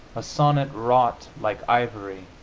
a sonnet wrought like ivory,